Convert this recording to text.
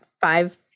five